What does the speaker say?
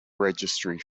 registry